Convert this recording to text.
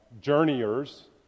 journeyers